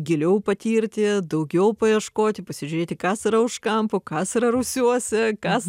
giliau patirti daugiau paieškoti pasižiūrėti kas yra už kampo kas yra rūsiuose kas